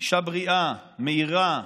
אישה בריאה, מהירה,